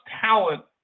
talent